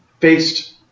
faced